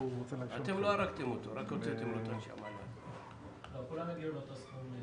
כולם יגיעו לאותו סכום.